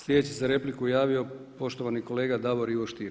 Sljedeći se za repliku javio poštovani kolega Davor Ivo Stier.